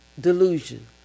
delusion